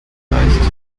leicht